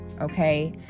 Okay